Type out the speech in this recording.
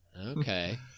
Okay